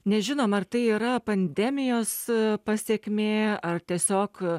nežinom ar tai yra pandemijos pasekmė ar tiesiog